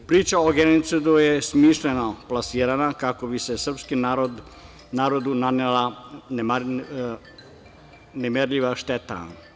Priča o genocidu je smišljeno plasirana kako bi se srpski narodu nanela nemerljiva šteta.